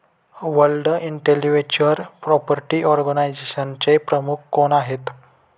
World intellectual property ऑर्गनायझेशनचे प्रमुख कोण आहेत?